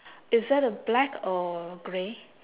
is that a black or grey